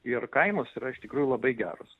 ir kainos yra iš tikrųjų labai geros